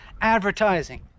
advertising